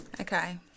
Okay